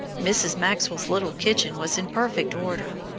mrs. maxwell's little kitchen was in perfect order.